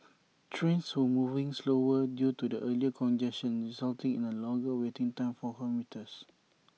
trains were moving slower due to the earlier congestion resulting in A longer waiting time for commuters